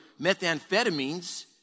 methamphetamines